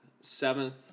seventh